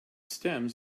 stems